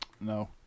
No